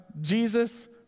Jesus